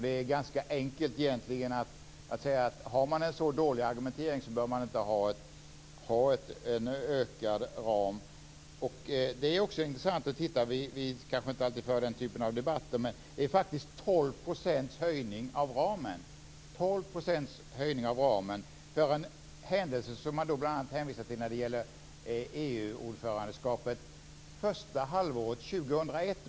Det är egentligen ganska enkelt att säga att med en så dålig argumentering bör man inte ha en ökad ram. Det är faktiskt intressant att se, även om vi kanske inte alltid för den typen av debatter, att det faktiskt är hänvisar till, nämligen EU-ordförandeskapet första halvåret 2001.